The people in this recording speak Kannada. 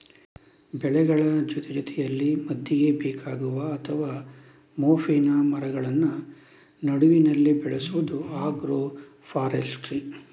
ಬೆಳೆಗಳ ಜೊತೆಯಲ್ಲಿ ಮದ್ದಿಗೆ ಬೇಕಾಗುವ ಅಥವಾ ಮೋಪಿನ ಮರಗಳನ್ನ ನಡುವಿನಲ್ಲಿ ಬೆಳೆಸುದು ಆಗ್ರೋ ಫಾರೆಸ್ಟ್ರಿ